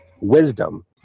wisdom